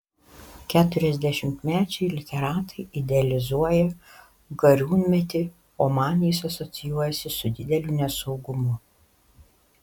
keturiasdešimtmečiai literatai idealizuoja gariūnmetį o man jis asocijuojasi su dideliu nesaugumu